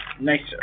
nicer